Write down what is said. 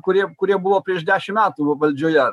kurie kurie buvo prieš dešim metų valdžioje